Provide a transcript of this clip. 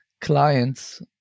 clients